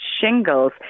shingles